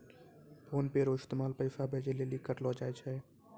PhonePe रो इस्तेमाल पैसा भेजे लेली करलो जाय छै